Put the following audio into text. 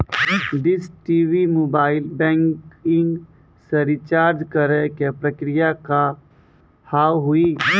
Dish TV mobile banking से recharge करे के प्रक्रिया का हाव हई?